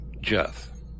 Jeff